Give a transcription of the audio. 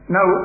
Now